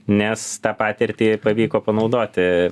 nes tą patirtį pavyko panaudoti